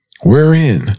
wherein